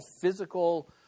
physical